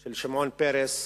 של שמעון פרס